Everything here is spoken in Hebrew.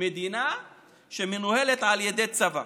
מדינה שמנוהלת על ידי צבא.